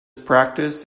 practice